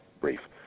brief